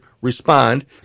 respond